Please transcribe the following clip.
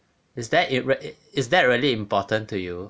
is that it is that really important to you